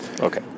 Okay